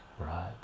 right